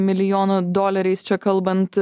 milijonų doleriais čia kalbant